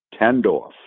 Tendorf